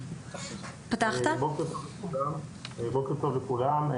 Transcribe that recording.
בוקר טוב לכולם.